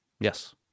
Yes